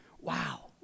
Wow